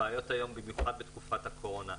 הבעיות היום, במיוחד בתקופת הקורונה.